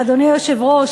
אדוני היושב-ראש,